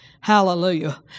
Hallelujah